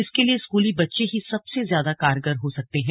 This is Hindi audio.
इसके लिए स्कूली बच्चे ही सबसे ज्यादा कारगर हो सकते हैं